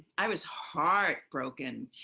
i was heartbroken.